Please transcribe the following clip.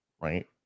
right